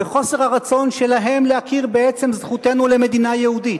וחוסר הרצון שלהם להכיר בעצם זכותנו למדינה יהודית,